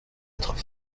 être